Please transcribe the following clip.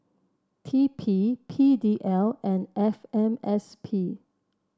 T P P D L and F M S P